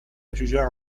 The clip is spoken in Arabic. شجاع